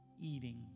eating